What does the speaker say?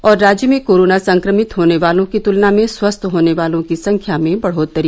और राज्य में कोरोना संक्रमित होने वालों की तुलना में स्वस्थ होने वालों की संख्या में बढ़ोत्तरी